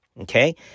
Okay